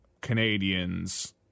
Canadians